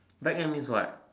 back end means what